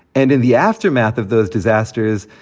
and in the aftermath of those disasters,